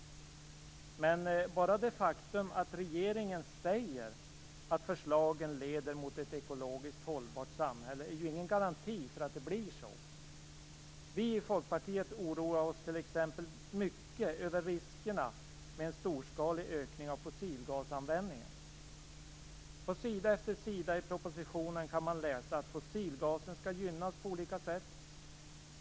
Men bara det faktum att regeringen säger att förslagen leder mot ett ekologiskt hållbart samhälle är ju ingen garanti för att det blir så. Vi i Folkpartiet oroar oss t.ex. mycket över riskerna med en storskalig ökning av fossilgasanvändning. På sida efter sida i propositionen kan man läsa att fossilgasen skall gynnas på olika sätt.